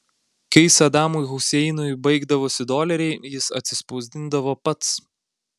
kai sadamui huseinui baigdavosi doleriai jis atsispausdindavo pats